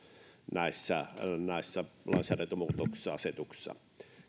näissä näissä lainsäädäntömuutoksissa ja asetuksissa